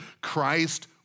Christ